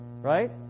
right